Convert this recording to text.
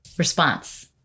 Response